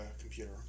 computer